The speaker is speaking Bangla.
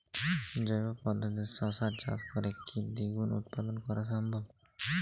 জৈব পদ্ধতিতে শশা চাষ করে কি দ্বিগুণ উৎপাদন করা সম্ভব?